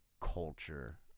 culture